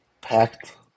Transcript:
Packed